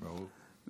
ברור.